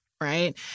right